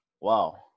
Wow